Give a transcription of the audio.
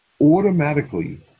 automatically